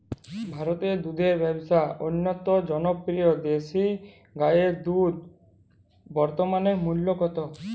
ভারতে দুধের ব্যাবসা অত্যন্ত জনপ্রিয় দেশি গাই দুধের বর্তমান মূল্য কত?